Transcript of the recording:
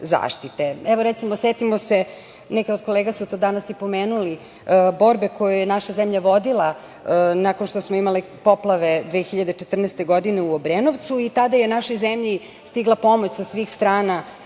zaštite. Recimo, setimo se, neke od kolega su to danas i pomenuli, borbe koju je naša zemlja vodila nakon što smo imali poplave 2014. godine u Obrenovcu i tada je našoj zemlji stigla pomoć sa svih strana,